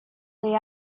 they